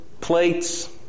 plates